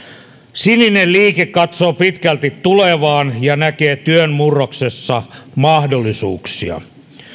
sininen liike katsoo pitkälti tulevaan ja näkee työn murroksessa mahdollisuuksia